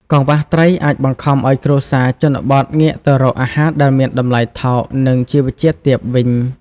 កង្វះត្រី អាចបង្ខំឱ្យគ្រួសារជនបទងាកទៅរកអាហារដែលមានតម្លៃថោក និងជីវជាតិទាបវិញ។